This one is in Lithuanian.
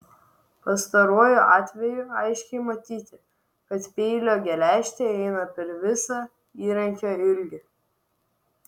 pastaruoju atveju aiškiai matyti kad peilio geležtė eina per visą įrankio ilgį